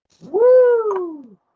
Woo